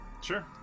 Sure